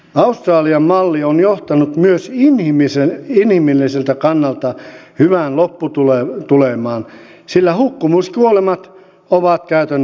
australian malli on johtanut myös inhimilliseltä kannalta hyvään lopputulemaan sillä hukkumiskuolemat ovat käytännössä nollassa